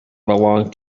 belong